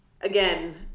again